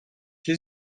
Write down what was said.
się